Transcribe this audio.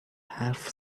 حرف